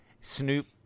Snoop